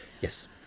Yes